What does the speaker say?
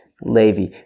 Levi